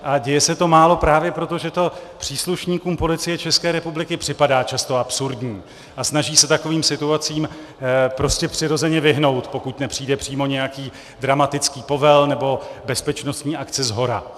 A děje se to málo právě proto, že to příslušníkům Policie České republiky připadá často absurdní a snaží se takovým situacím prostě přirozeně vyhnout, pokud nepřijde přímo nějaký dramatický povel nebo bezpečnostní akce shora.